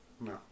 No